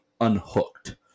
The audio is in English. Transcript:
unhooked